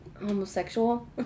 Homosexual